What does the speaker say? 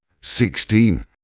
sixteen